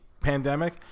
pandemic